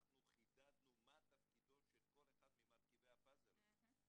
אנחנו חידדנו מה תפקידו של כל אחד ממרכיבי הפאזל הזה.